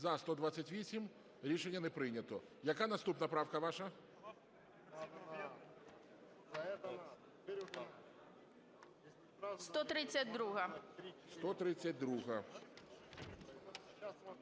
За-128 Рішення не прийнято. Яка наступна правка ваша?